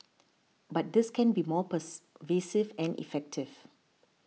but this can be more more pervasive and effective